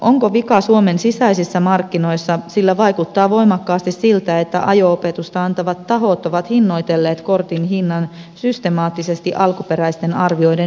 onko vika suomen sisäisissä markkinoissa sillä vaikuttaa voimakkaasti siltä että ajo opetusta antavat tahot ovat hinnoitelleet kortin hinnan systemaattisesti alkuperäisten arvioiden yläreunaan